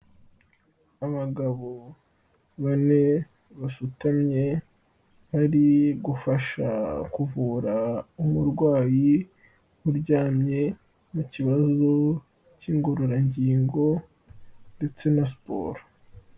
Abagabo bane basutamye bari gufasha kuvura umurwayi uryamye mu kibazo cy'ingororangingo ndetse na siporo.